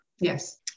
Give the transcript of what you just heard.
Yes